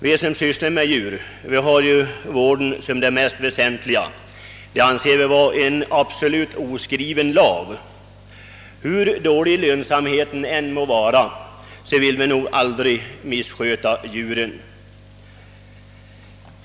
Vi som sysslar med djur betraktar vården av dem som det mest väsentliga — det anser vi vara en oskriven lag. Hur dålig lönsamheten av vår verksamhet än må vara, vill vi aldrig missköta djuren.